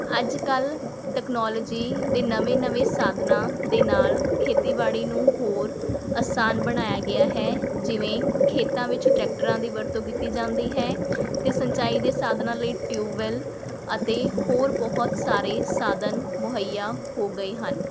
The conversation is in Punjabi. ਅੱਜ ਕੱਲ੍ਹ ਤਕਨਾਲੋਜੀ ਦੇ ਨਵੇਂ ਨਵੇਂ ਸਾਧਨਾਂ ਦੇ ਨਾਲ਼ ਖੇਤੀਬਾੜੀ ਨੂੰ ਹੋਰ ਆਸਾਨ ਬਣਾਇਆ ਗਿਆ ਹੈ ਜਿਵੇਂ ਖੇਤਾਂ ਵਿੱਚ ਟਰੈਕਟਰਾਂ ਦੀ ਵਰਤੋਂ ਕੀਤੀ ਜਾਂਦੀ ਹੈ ਅਤੇ ਸਿੰਚਾਈ ਦੇ ਸਾਧਨਾਂ ਲਈ ਟਿਊਵੈੱਲ ਅਤੇ ਹੋਰ ਬਹੁਤ ਸਾਰੇ ਸਾਧਨ ਮੁਹੱਈਆ ਹੋ ਗਏ ਹਨ